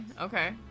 okay